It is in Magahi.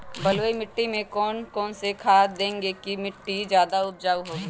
बलुई मिट्टी में कौन कौन से खाद देगें की मिट्टी ज्यादा उपजाऊ होगी?